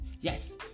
yes